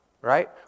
right